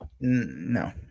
No